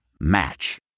Match